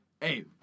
hey